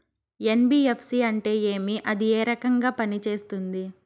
NBFC అంటే ఏమి అది ఏ రకంగా పనిసేస్తుంది